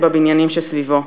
ובבניינים שסביבו.